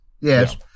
Yes